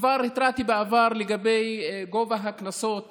כבר התרעתי בעבר לגבי גובה הקנסות